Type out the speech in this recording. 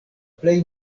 plej